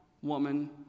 woman